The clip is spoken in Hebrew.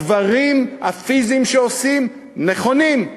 הדברים הפיזיים שעושים, נכונים.